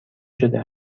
شده